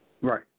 Right